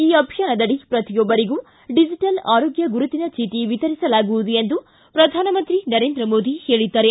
ಈ ಅಭಿಯಾನದಡಿ ಪ್ರತಿಯೊಬ್ಬರಿಗೂ ಡಿಜಿಟಲ್ ಆರೋಗ್ಯ ಗುರುತಿನ ಚೀಟ ವಿತರಿಸಲಾಗುವುದು ಎಂದು ಪ್ರಧಾನಮಂತ್ರಿ ನರೇಂದ್ರ ಮೋದಿ ಹೇಳಿದ್ದಾರೆ